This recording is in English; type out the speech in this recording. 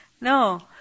No